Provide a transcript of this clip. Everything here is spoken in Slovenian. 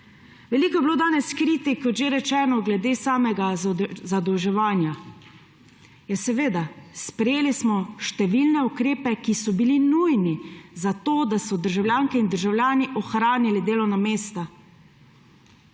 Veliko je bilo danes kritik, kot že rečeno, glede samega zadolževanja. Ja, seveda, sprejeli smo številne ukrepe, ki so bili nujni, zato da so državljanke in državljani ohranili delovna mesta.